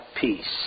peace